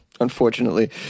unfortunately